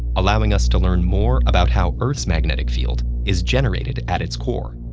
allowing us to learn more about how earth's magnetic field is generated at its core.